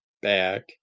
back